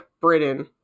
Britain